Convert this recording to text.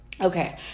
okay